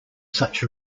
such